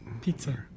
pizza